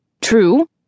True